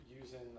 using